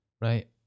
right